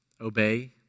obey